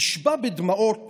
נשבע בדמעות